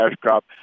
crop